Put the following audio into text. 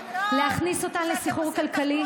להכניס אותן לסחרור כלכלי,